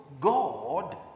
God